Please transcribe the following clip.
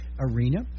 Arena